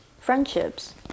friendships